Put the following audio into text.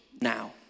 now